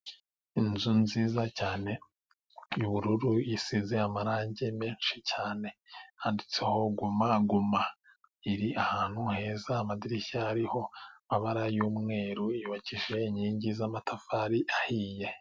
Inzu nziza cyane y'ubururu isize amarangi menshi cyane. Handitseho guma guma iri ahantu heza. Amadirishya ariho amabara y'umweru, yubakishije inkingi z'amatafari ahiye.